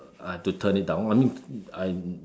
I had to turn it down I mean I